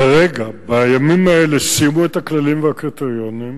כרגע, בימים האלה סיימו את הכללים והקריטריונים,